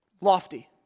lofty